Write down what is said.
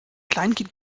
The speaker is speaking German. kleinkind